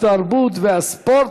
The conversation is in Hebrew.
התרבות והספורט